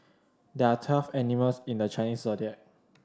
there are twelve animals in the Chinese Zodiac